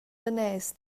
daners